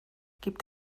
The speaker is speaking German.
gibt